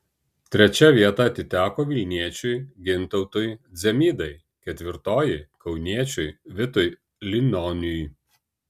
trečia vieta atiteko vilniečiui gintautui dzemydai ketvirtoji kauniečiui vitui linoniui